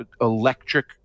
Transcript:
electric